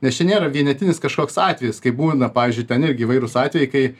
nes čia nėra vienetinis kažkoks atvejis kai būna pavyzdžiui ten irgi įvairūs atvejai kai